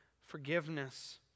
forgiveness